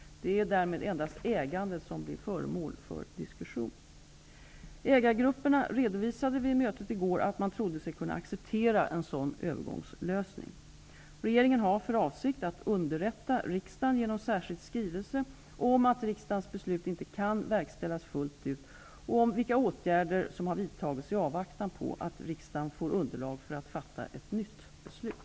Det är därmed endast ägandet som blir föremål för diskussion. Ägargrupperna redovisade vid mötet i går att man trodde sig kunna acceptera en sådan övergångslösning. Regeringen har för avsikt att underrätta riksdagen genom särskild skrivelse om att riksdagens beslut inte kan verkställas fullt ut och om vilka åtgärder som har vidtagits i avvaktan på att riksdagen får underlag för att fatta ett nytt beslut.